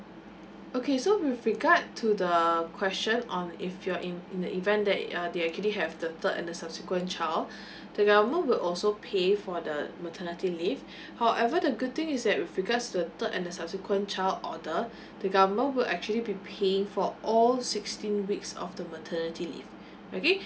okay so with regard to the question on if you're in in the event that uh they actually have the third and the subsequent child the government will also pay for the maternity leave however the good thing is that with regards to the third and the subsequent child order the government will actually be paying for all sixteen weeks of the maternity leave okay